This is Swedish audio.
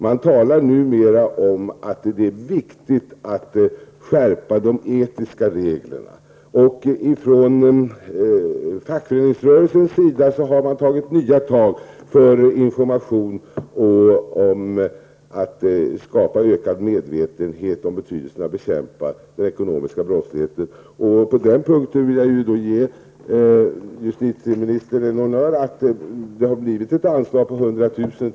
Man talar numera om att det är viktigt att skärpa de etiska reglerna. Och från fackföreningsrörelsens sida har man tagit nya tag för information i syfte att skapa ökad medvetenhet om betydelsen av att bekämpa den ekonomiska brottsligheten. På den punkten vill jag ge justitieministern en honnör -- för att det har blivit ett anslag på 100 000 kr.